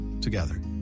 together